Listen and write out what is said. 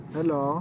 Hello